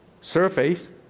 surface